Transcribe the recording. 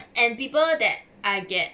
and people that I get